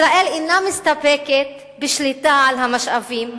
ישראל אינה מסתפקת בשליטה על המשאבים,